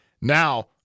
Now